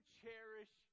cherish